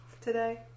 today